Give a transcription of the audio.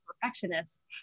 perfectionist